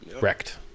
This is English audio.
wrecked